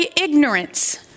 ignorance